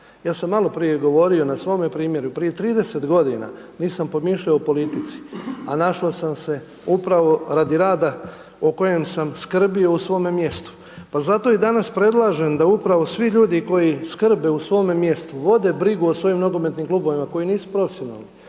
Ja sam maloprije govorio na svome primjeru, prije 30 godina, nisam pomišljao o politici, a našao sam se upravo radi rada o kojem sam skrbio u svome mjestu, pa zato i danas predlažem da upravo svi ljudi koji skrbe u svome mjestu, vode brigu o svojim nogometnim klubovima koji nisu profesionalni,